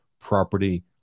property